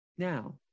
Now